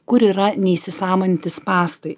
kur yra neįsisąmoninti spąstai